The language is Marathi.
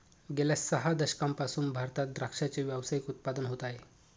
गेल्या सह दशकांपासून भारतात द्राक्षाचे व्यावसायिक उत्पादन होत आहे